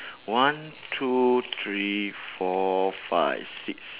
one two three four five six